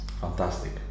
Fantastic